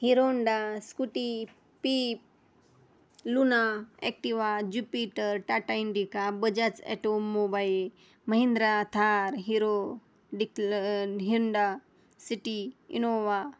Hero Honda Scooty Pep Luna Activa Jupiter Tata Indica Bajaj automobile Mahindra Thar Hero डिकल Honda City Innova